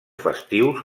festius